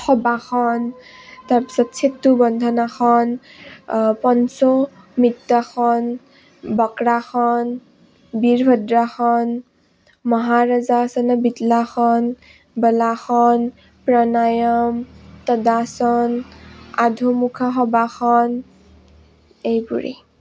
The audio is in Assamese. শৱাসন তাৰপিছত চেতু বন্ধন আসন পঞ্চ মৃত্যাসন বক্ৰাসন বীৰভদ্ৰাসন মহাৰজাসন বিদ্লাসন বলাসন প্ৰণায়াম তদাসন আধুমুখা সবাসন এইবোৰেই